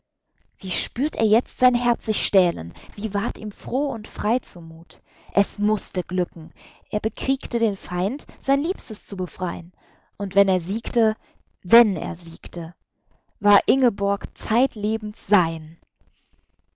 wie spürt er jetzt sein herz sich stählen wie ward ihm froh und frei zu muth es mußte glücken er bekriegte den feind sein liebstes zu befrei'n und wenn er siegte wenn er siegte war ingeborg zeitlebens sein